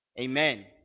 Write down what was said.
Amen